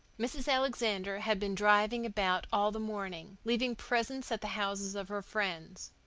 mrs. alexander had been driving about all the morning, leaving presents at the houses of her friends.